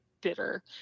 bitter